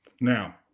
Now